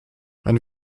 ein